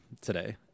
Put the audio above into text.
today